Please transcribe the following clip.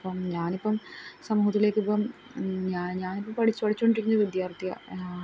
ഇപ്പം ഞാനിപ്പം സമൂഹത്തിലേക്കിപ്പം ഞാൻ ഞാനിപ്പം പഠിച്ച് പഠിച്ച് കൊണ്ടിരിക്കുന്ന വിദ്യാർത്ഥിയാണ് ഞാൻ